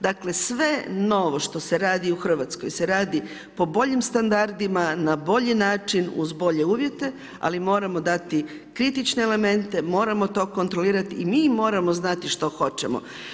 Dakle, sve novo što se radi u Hrvatskoj se radi po boljim standardima, na bolji način, uz bolje uvjete, ali moramo dati kritične elemente, moramo to kontrolirati i mi moramo znati što hoćemo.